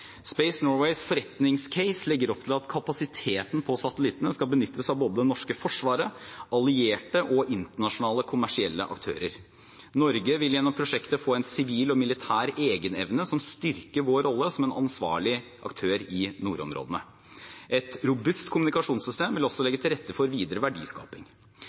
Space Norways forretningscase legger opp til at kapasiteten på satellittene skal benyttes av både det norske forsvaret, allierte og internasjonale, kommersielle aktører. Norge vil gjennom prosjektet få en sivil og militær egenevne som styrker vår rolle som en ansvarlig aktør i nordområdene. Et robust kommunikasjonssystem vil også legge til rette for videre verdiskaping.